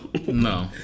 No